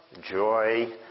joy